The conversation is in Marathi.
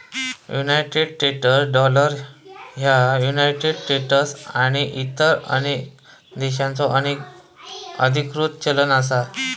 युनायटेड स्टेट्स डॉलर ह्या युनायटेड स्टेट्स आणि इतर अनेक देशांचो अधिकृत चलन असा